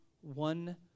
One